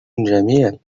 جميل